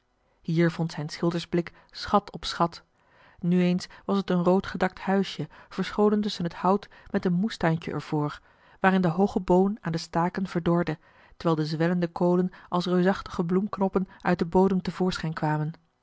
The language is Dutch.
hier vond zijn schildersblik schat op schat nu eens was t een rood gedakt huisje verscholen tusschen het hout met een moestuintje er voor waarin de hooge boon aan de staken verdorde terwijl de zwellende koolen als reusachtige bloemknoppen uit den bodem te voorschijn kwamen